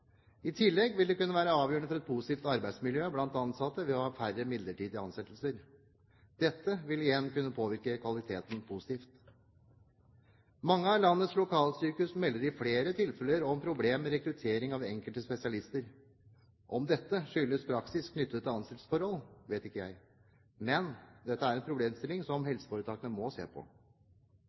I tillegg vil det kunne være avgjørende for et positivt arbeidsmiljø blant ansatte å ha færre midlertidige ansettelser. Dette vil igjen kunne påvirke kvaliteten positivt. Mange av landets lokalsykehus melder i flere tilfeller om problemer med rekruttering av enkelte spesialister. Om dette skyldes praksis knyttet til ansettelsesforhold, vet ikke jeg, men dette er en problemstiling som helseforetakene må se på.